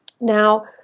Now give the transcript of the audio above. Now